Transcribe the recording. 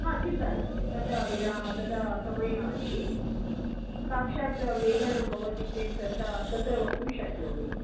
हा चिन्ता नास्ति तदा विरा तदा समयः अस्ति साक्षात् मेलनं भवति चेत् तत् तत्र वक्तुं शक्नोमि